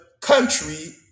country